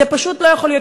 זה פשוט לא יכול להיות.